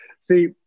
See